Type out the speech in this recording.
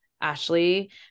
Ashley